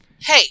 Hey